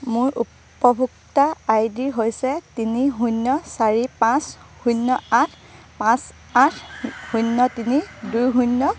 মোৰ উপভোক্তা I D হৈছে তিনি শূন্য চাৰি পাঁচ শূন্য আঠ পাঁচ আঠ শূন্য তিনি দুই শূন্য